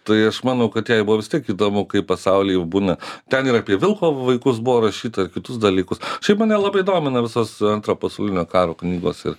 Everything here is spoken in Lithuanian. tai aš manau kad jai buvo vis tiek įdomu kaip pasauly jau būna ten ir apie vilko vaikus buvo rašyta ir kitus dalykus šiaip mane labai domina visos antro pasaulinio karo knygos ir